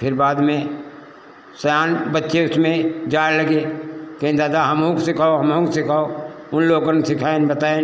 फिर बाद में सयान बच्चे उसमें जाए लगे कहे दादा हमऊ के सिखाओ हमऊ के सिखाओ उन लोग सिखाए बताए